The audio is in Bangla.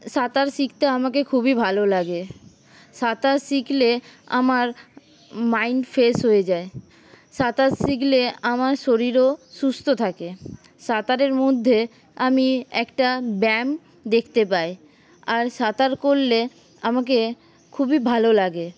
সাঁতার শিখতে আমাকে খুবই ভালো লাগে সাঁতার শিখলে আমার মাইন্ড ফ্রেশ হয়ে যায় সাঁতার শিখলে আমার শরীরও সুস্থ থাকে সাঁতারের মধ্যে আমি একটা ব্যায়াম দেখতে পাই আর সাঁতার করলে আমাকে খুবই ভালো লাগে